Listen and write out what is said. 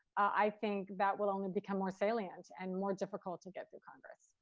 i think that will only become more salient and more difficult to get through congress,